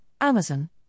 Amazon